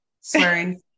swearing